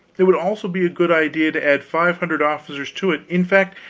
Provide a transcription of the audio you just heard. it would also be a good idea to add five hundred officers to it in fact,